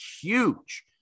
huge